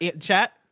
chat